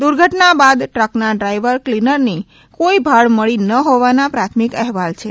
દુર્ઘટના બાદ ટ્રકના ડ્રાઈવર ક્લીનરનો કોઈ ભાળ મળી ન હોવાના પણ પ્રાથમિક અહેવાલ છે